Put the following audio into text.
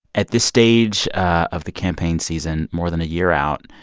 at this stage of the campaign season more than a year out,